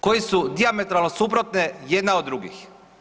Koji su dijametralno suprotne jedna od drugih.